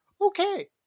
okay